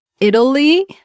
Italy